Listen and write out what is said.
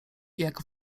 jak